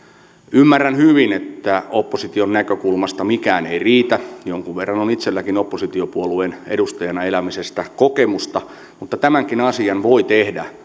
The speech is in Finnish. ymmärrän hyvin että opposition näkökulmasta mikään ei riitä jonkun verran on itselläkin oppositiopuolueen edustajana elämisestä kokemusta mutta tämänkin asian voi tehdä niin